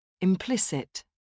Implicit